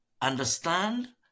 understand